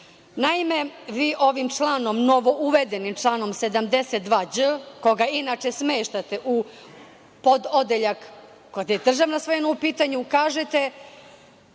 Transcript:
nama. Naime, vi ovim članom, novouvedenim članom 72đ, koga inače smeštate u pododeljak kada je državna svojina u pitanju kažete,